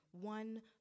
one